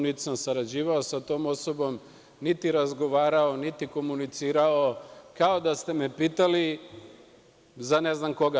Niti sam sarađivao sa tom osobom, niti razgovarao, niti komunicirao, kao da ste me pitali za ne znam koga.